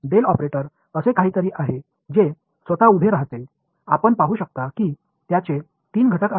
del operator என்பது தனியாக நிற்கும் ஒன்று அதில் மூன்று கூறுகள் இருப்பதை நீங்கள் காணலாம்